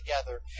together